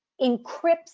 encrypts